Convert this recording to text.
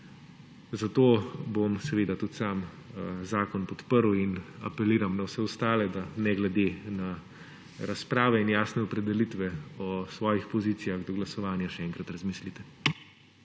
Zato bom seveda tudi sam zakon podprl in apeliram na vse ostale, da ne glede na razprave in jasne opredelitve o svojih pozicijah do glasovanja še enkrat razmislite.